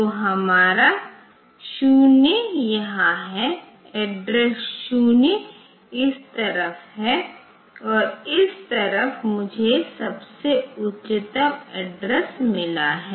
तो हमारा 0 यहाँ है एड्रेस 0 इस तरफ है और इस तरफ मुझे सबसे उच्चतम एड्रेस मिला है